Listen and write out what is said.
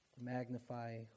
Magnify